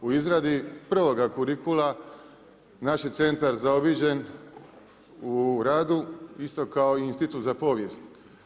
U izradi prvog kurikula, naš je centar zaobiđen u radu isto kao i Institut za povijest.